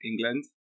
England